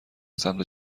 سمت